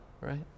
right